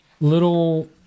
little